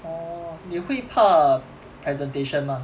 oh 你会怕 presentation 吗